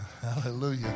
Hallelujah